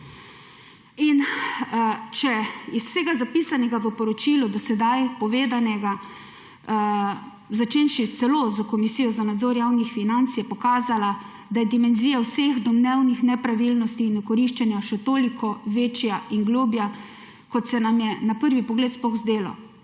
imel. Iz vsega zapisanega v poročilu in do sedaj povedanega, začenši s Komisijo za nadzor javnih financ, ki je pokazala, da je dimenzija vseh domnevnih nepravilnosti in okoriščenja še toliko večja in globlja, kot sem nam je na prvi pogled sploh zdelo,